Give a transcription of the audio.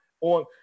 On